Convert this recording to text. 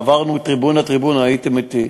עברנו טריבונה-טריבונה, הייתם אתי,